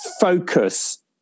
focus